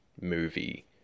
movie